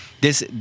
this-